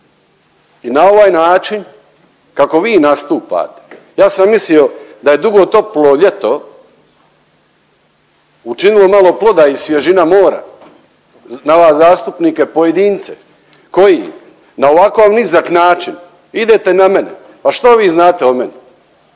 I na ovaj način kako vi nastupate ja sam mislio da je dugo toplo ljeto učinilo malo ploda i svježina mora na vas zastupnike pojedince koji na ovako nizak način idete na mene. A što vi znate o meni?